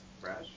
Fresh